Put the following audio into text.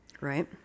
Right